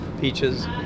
peaches